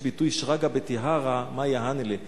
יש ביטוי: שרגא בטיהרא, מאי אהני ליה?